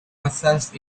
myself